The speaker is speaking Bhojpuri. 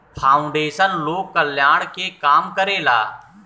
फाउंडेशन लोक कल्याण के काम करेला